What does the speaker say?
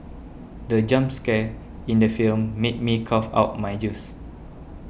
the jump scare in the film made me cough out my juice